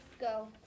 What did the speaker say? go